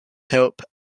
help